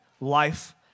life